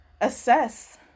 assess